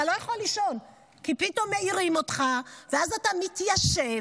אתה לא יכול לישון כי פתאום מעירים אותך ואז אתה מתיישב,